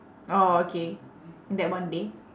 orh okay